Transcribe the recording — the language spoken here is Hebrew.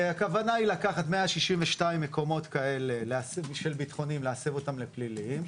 הכוונה לקחת 162 מקומות כאלה של ביטחוניים ולהסב אותם לפליליים.